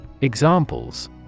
Examples